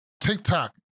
TikTok